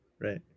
right